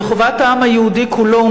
וחובת העם היהודי כולו,